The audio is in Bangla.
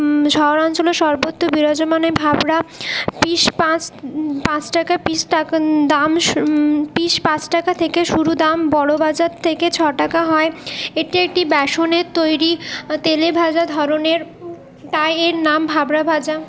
শহরাঞ্চলের সর্বত্র বিরাজমান এই ভাভরা পিস পাস পাঁচ টাকা দাম পিস পিস পাঁচ টাকা থেকে শুরু দাম বড়বাজার থেকে ছ টাকা হয় এটি একটি বেসনের তৈরি তেলেভাজা ধরনের তাই এর নাম ভাভরা ভাজা